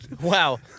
Wow